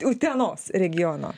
utenos regiono